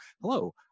hello